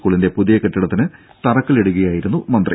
സ്കൂളിന്റെ പുതിയ കെട്ടിടത്തിന് തറക്കല്ലിടുകയായിരുന്നു മന്ത്രി